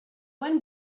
wind